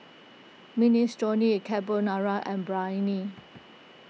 Minestrone Carbonara and Biryani